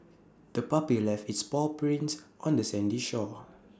the puppy left its paw prints on the sandy shore